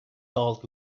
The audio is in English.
told